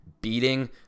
beating